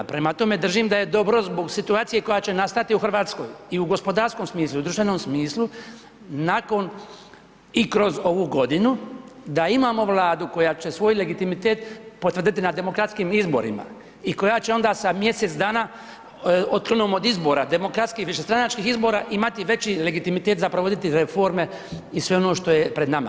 Prema tome, držim da je dobro zbog situacije koja će nastati u Hrvatskoj i u gospodarskom smislu i u društvenom smislu, nakon i kroz ovu godinu, da imamo Vladu koja će svoj legitimitet potvrditi na demokratskim izborima i koja će onda sa mjesec dana otklonom od izbora, demokratskih, višestranačkih izbora imati veći legitimitet za provoditi reforme i sve ono što je pred nama.